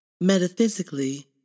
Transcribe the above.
Metaphysically